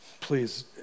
Please